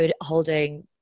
holding